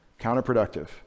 counterproductive